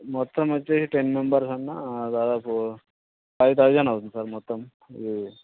మొత్తం వచ్చి ten members అంటే దాదాపు ఫైవ్ థౌజెండ్ అవుతుంది సార్ మొత్తం ఇది